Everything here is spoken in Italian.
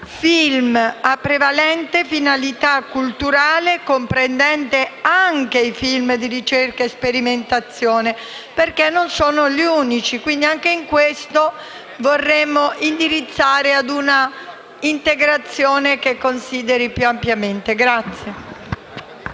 «film a prevalente finalità culturale comprendenti anche i film di ricerca e sperimentazione», che non sono gli unici. Anche in questo caso vorremmo indirizzare a un'integrazione che consideri il tema più ampiamente.